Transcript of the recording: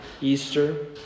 Easter